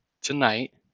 tonight